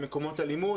במקומות הלימוד,